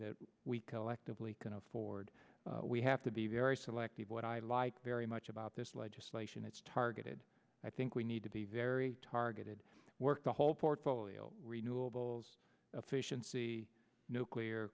that we collectively can afford we have to be very selective what i like very much about this legislation it's targeted i think we need to be very targeted work the whole portfolio renewables efficiency nuclear